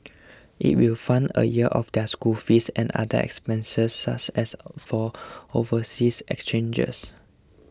it will fund a year of their school fees and other expenses such as for overseas exchangers